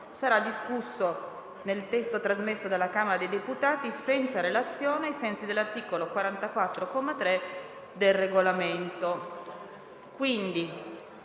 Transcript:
sarà discusso nel testo trasmesso dalla Camera dei deputati senza relazione, ai sensi dell'articolo 44, comma 3, del Regolamento.